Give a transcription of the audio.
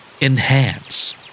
Enhance